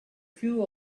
few